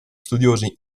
studiosi